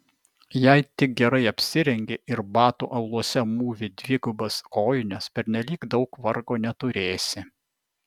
jei tik gerai apsirengi ir batų auluose mūvi dvigubas kojines pernelyg daug vargo neturėsi